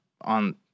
on